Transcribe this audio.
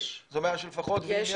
זאת בעיה של לפחות -- יש.